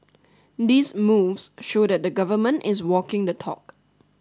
these moves show that the government is walking the talk